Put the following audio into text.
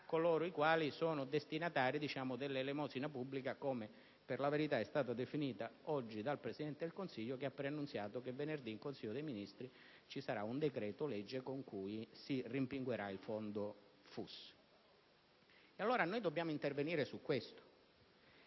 coloro i quali sono destinatari dell'"elemosina pubblica", come per la verità è stata definita oggi dal Presidente del Consiglio, il quale ha preannunziato che venerdì in Consiglio dei ministri si varerà un decreto-legge con cui si rimpinguerà il FUS. Noi dobbiamo intervenire su questo